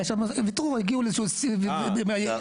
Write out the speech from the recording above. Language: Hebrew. הגיעו לאיזשהו ויתור.